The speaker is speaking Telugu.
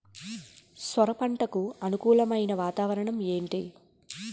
సొర పంటకు అనుకూలమైన వాతావరణం ఏంటి?